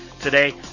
Today